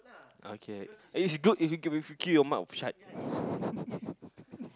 okay it's good if you keep if you keep your mouth shut